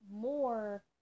more